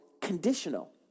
conditional